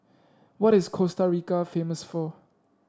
what is Costa Rica famous for